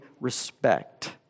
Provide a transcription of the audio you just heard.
respect